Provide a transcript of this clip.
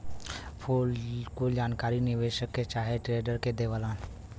कुल जानकारी निदेशक के चाहे ट्रेडर के देवलन